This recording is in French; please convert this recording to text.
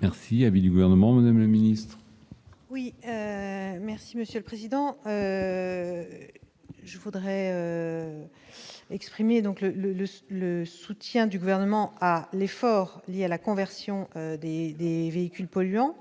Merci à vie du gouvernement Madame le Ministre. Oui merci monsieur le président. Je voudrais exprimer donc le le le le soutien du gouvernement à l'effort, il y a la conversion des des véhicules polluants.